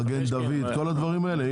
מגן דוד, כל הדברים האלה?